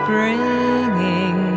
Bringing